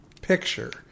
picture